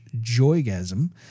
joygasm